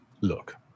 look